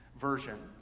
version